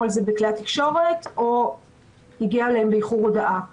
על זה בכלי התקשורת או הגיעה אליהם הודעה באיחור.